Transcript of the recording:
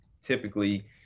Typically